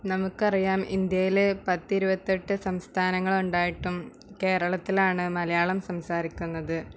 നമുക്കറിയാം ഇന്ത്യയിലെ പത്തിരുപത്തെട്ട് സംസ്ഥാങ്ങളുണ്ടായിട്ടും കേരളത്തിലാണ് മലയാളം സംസാരിക്കുന്നത്